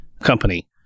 company